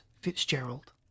Fitzgerald